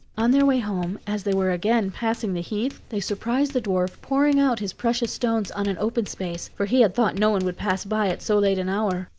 on their way home, as they were again passing the heath, they surprised the dwarf pouring out his precious stones on an open space, for he had thought no one would pass by at so late an hour.